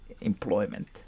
employment